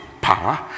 Power